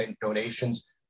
donations